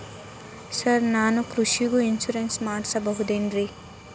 Sir ನಾನು ಕೃಷಿಗೂ insurance ಮಾಡಸಬಹುದೇನ್ರಿ?